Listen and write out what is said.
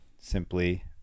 simply